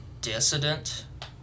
Dissident